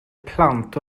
plant